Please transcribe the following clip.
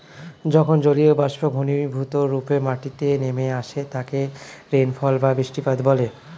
যখন জলীয়বাষ্প ঘনীভূতরূপে মাটিতে নেমে আসে তাকে রেনফল বা বৃষ্টিপাত বলে